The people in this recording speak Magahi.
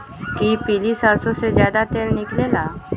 कि पीली सरसों से ज्यादा तेल निकले ला?